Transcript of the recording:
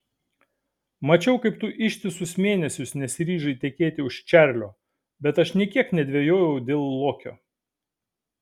mačiau kaip tu ištisus mėnesius nesiryžai tekėti už čarlio bet aš nė kiek nedvejojau dėl lokio